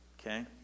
okay